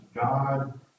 God